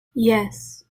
yes